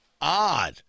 odd